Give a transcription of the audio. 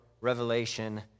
Revelation